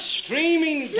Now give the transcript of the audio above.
streaming